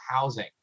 housing